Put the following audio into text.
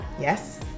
Yes